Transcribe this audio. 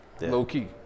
Low-key